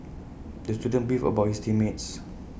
the student beefed about his team mates